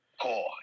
Core